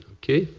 okay?